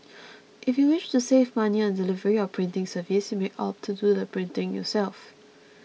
if you wish to save money on delivery or printing service you may opt to do the printing yourself